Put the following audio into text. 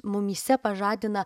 mumyse pažadina